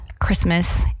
Christmas